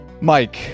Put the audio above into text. Mike